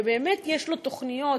ובאמת יש לו תוכניות,